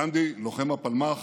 גנדי, לוחם הפלמ"ח,